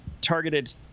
targeted